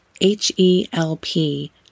H-E-L-P